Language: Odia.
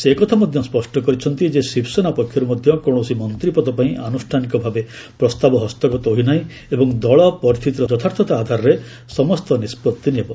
ସେ ଏକଥା ମଧ୍ୟ ସ୍ୱଷ୍ଟ କରିଛନ୍ତି ଯେ ଶିବସେନା ପକ୍ଷରୁ ମଧ୍ୟ କୌଣସି ମନ୍ତ୍ରୀପଦ ପାଇଁ ଆନୁଷ୍ଠାନିକ ଭାବେ ପ୍ରସ୍ତାବ ହସ୍ତଗତ ହୋଇନାହିଁ ଏବଂ ଦଳ ପରିସ୍ଥିତିର ଯଥାର୍ଥତା ଆଧାରରେ ସମସ୍ତ ନିଷ୍କଭି ନେବ